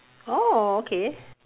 oh okay